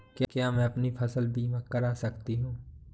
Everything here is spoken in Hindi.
क्या मैं अपनी फसल बीमा करा सकती हूँ?